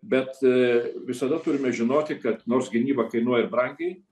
bet visada turime žinoti kad nors gynyba kainuoja brangiai